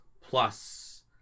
plus